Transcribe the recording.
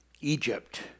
Egypt